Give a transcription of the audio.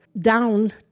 down